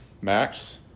Max